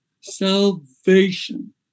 salvation